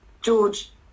George